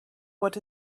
what